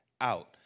out